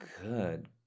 good